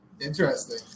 Interesting